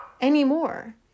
anymore